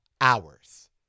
hours